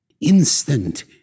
instant